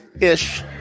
Ish